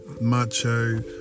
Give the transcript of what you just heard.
macho